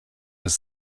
des